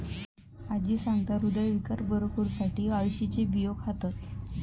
आजी सांगता, हृदयविकार बरो करुसाठी अळशीचे बियो खातत